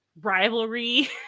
rivalry